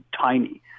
tiny